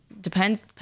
Depends